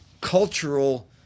cultural